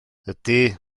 ydy